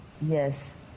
yes